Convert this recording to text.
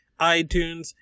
iTunes